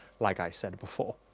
like i said before.